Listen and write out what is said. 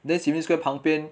then sim lim square 旁边